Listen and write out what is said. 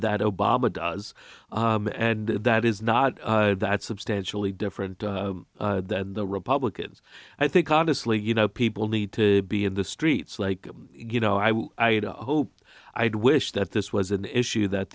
that obama does and that is not that substantially different than the republicans i think honestly you know people need to be in the streets like you know i hope i'd wish that this was an issue that